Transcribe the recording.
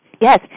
Yes